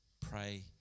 pray